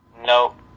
Nope